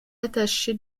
attaché